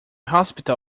hospital